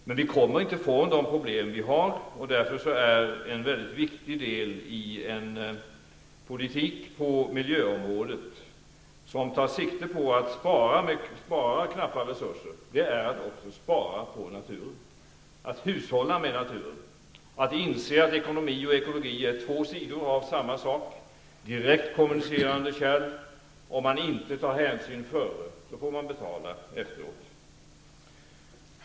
Men vi kommer inte att bli av med de problem som vi har, och därför är en viktig del i en politik på miljöområdet att ta sikte på att spara knappa resurser. Det är också att hushålla med naturen, att inse att ekonomi och ekologi är två sidor av en och samma sak, direktkommunicerande kärl. Om man inte tar hänsyn i förväg får man betala efteråt.